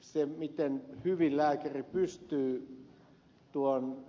se miten hyvin lääkäri pystyy tuon